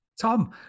Tom